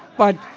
but,